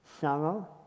sorrow